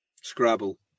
Scrabble